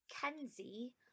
Kenzie